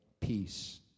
peace